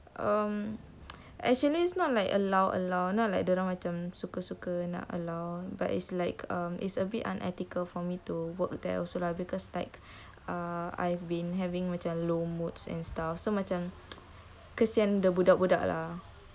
um actually it's not like allow allow not like dia orang suka-suka nak allow but it's like um it's a bit unethical for me to work there also lah because like err I've been having macam low moods and stuff so macam kesian the budak-budak lah